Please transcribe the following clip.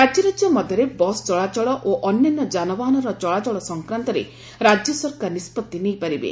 ରାଜ୍ୟରାଜ୍ୟ ମଧ୍ୟରେ ବସ୍ ଚଳାଚଳ ଓ ଅନ୍ୟାନ୍ୟ ଯାନବାହାନର ଚଳାଚଳ ସଂକ୍ରାନ୍ତରେ ରାଜ୍ୟ ସରକାର ନିଷ୍ପଭି ନେଇପାରିବେ